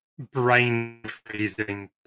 brain-freezing